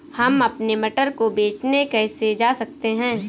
हम अपने मटर को बेचने कैसे जा सकते हैं?